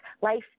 life